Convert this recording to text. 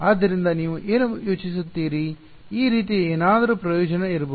ಆದ್ದರಿಂದ ನೀವು ಏನು ಯೋಚಿಸುತ್ತೀರಿ ಈ ರೀತಿಯ ಏನಾದರೂ ಪ್ರಯೋಜನ ಇರಬಹುದು